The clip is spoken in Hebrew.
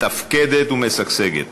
מתפקדת ומשגשגת.